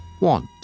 Want